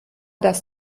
das